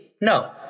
No